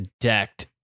decked